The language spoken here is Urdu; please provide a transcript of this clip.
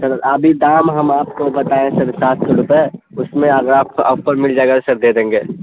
سر ابھی دام ہم آپ کو بتائیں سر سات سو روپے اس میں اگر آپ کو آفر مل جائے گا سر دے دیں گے